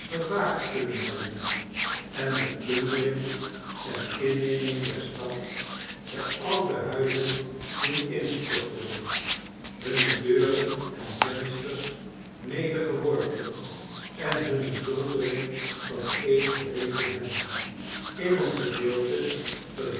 gevaagd kunnen hebben en de plundering en inneming der stad de oude huizen doen instorten hunne deuren en vensters nedergeworpen en hunne zoldering vaneen gereten hebben in een gedeelte